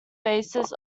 basis